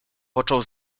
począł